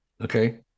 Okay